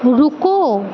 رکو